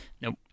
Nope